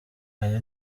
aya